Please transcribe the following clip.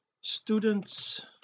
students